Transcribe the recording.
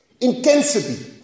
intensity